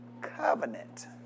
covenant